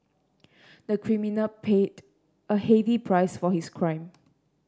the criminal paid a heavy price for his crime